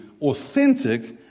authentic